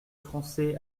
français